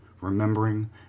remembering